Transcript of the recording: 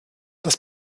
das